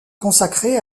consacrer